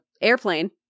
Airplane